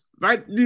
right